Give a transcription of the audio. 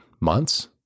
months